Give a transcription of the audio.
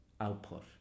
output